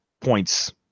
points